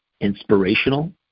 inspirational